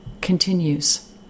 continues